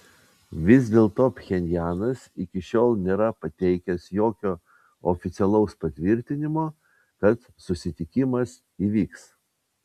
vis dėlto pchenjanas iki šiol nėra pateikęs jokio oficialaus patvirtinimo kad susitikimas įvyks